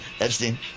Epstein